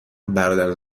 برادر